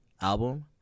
album